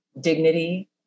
dignity